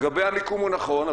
לגבי המיקום הוא נכון,